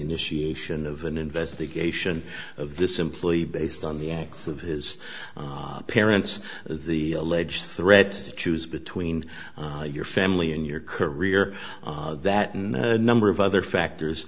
initiation of an investigation of this simply based on the acts of his parents the alleged threat to choose between your family and your career that and number of other factors